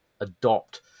adopt